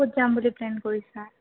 ক'ত যাম বুলি প্লেন কৰিছা